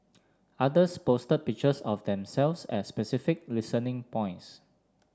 others posted pictures of themselves at specific listening points